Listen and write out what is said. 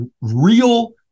real